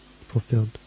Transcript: fulfilled